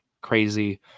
crazy